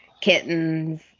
kittens